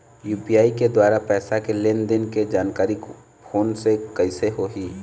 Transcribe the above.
UPI के द्वारा पैसा के लेन देन के जानकारी फोन से कइसे होही?